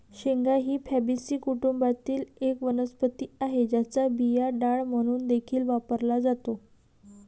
शेंगा ही फॅबीसी कुटुंबातील एक वनस्पती आहे, ज्याचा बिया डाळ म्हणून देखील वापरला जातो